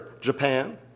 Japan